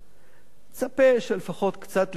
מצפה שלפחות קצת להיות צמודים,